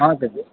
हजुर